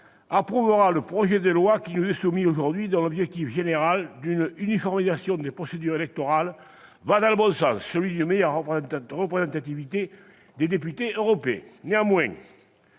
approuvera le projet de loi qui nous est soumis aujourd'hui. L'objectif général d'une uniformisation des procédures électorales va dans le bon sens, celui d'une meilleure représentativité des députés européens. Néanmoins,